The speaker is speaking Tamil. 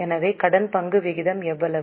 எனவே கடன் பங்கு விகிதம் எவ்வளவு